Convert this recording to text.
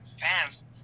fans